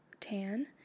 tan